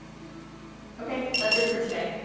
ok. that's it for today.